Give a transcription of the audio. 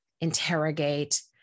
interrogate